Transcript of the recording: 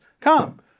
come